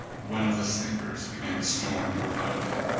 one of the sleepers began to snore more loudly,